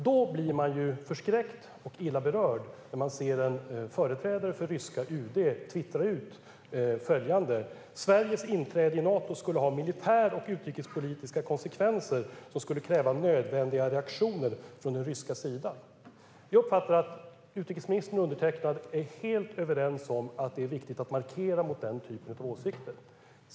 Då blir man ju förskräckt och illa berörd när man ser en företrädare för ryska UD twittra följande: Sveriges inträde i Nato skulle ha militära och utrikespolitiska konsekvenser som skulle kräva nödvändiga reaktioner från den ryska sidan. Jag uppfattar att utrikesministern och undertecknad är helt överens om att det är viktigt att markera mot den typen av åsikter.